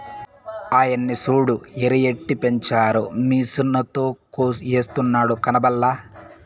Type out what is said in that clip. ఆయన్ని సూడు ఎరుయెట్టపెంచారో మిసనుతో ఎస్తున్నాడు కనబల్లా